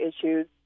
issues